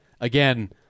again